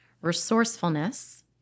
Resourcefulness